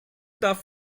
darf